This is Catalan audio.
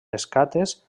escates